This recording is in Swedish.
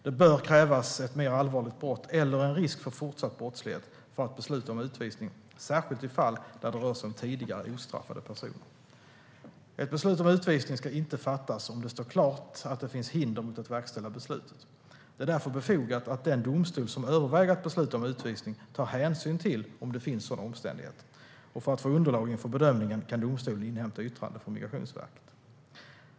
Det bör krävas ett mer allvarligt brott eller en risk för fortsatt brottslighet för att man ska besluta om utvisning, särskilt i fall där det rör sig om tidigare ostraffade personer. Ett beslut om utvisning ska inte fattas om det står klart att det finns hinder för att verkställa beslutet. Det är därför befogat att den domstol som överväger att besluta om utvisning tar hänsyn till om det finns sådana omständigheter. För att få underlag inför bedömningen kan domstolen inhämta yttrande från Migrationsverket.